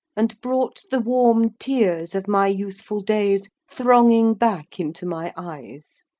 and brought the warm tears of my youthful days thronging back into my eyes.